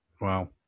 Wow